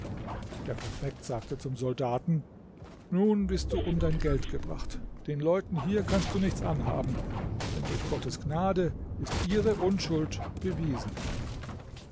der präfekt sagte zum soldaten nun bist du um dein geld den leuten hier kannst du nichts anhaben denn durch gottes gnade ist ihre unschuld bewiesen